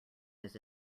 his